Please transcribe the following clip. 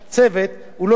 הוא לא מייצג את כולם,